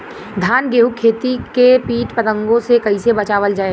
धान गेहूँक खेती के कीट पतंगों से कइसे बचावल जाए?